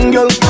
Girl